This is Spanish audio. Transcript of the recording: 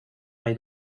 hay